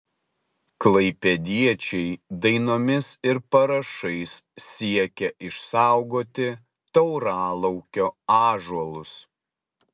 klaipėdiečiai dainomis ir parašais siekia išsaugoti tauralaukio ąžuolus